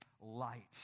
light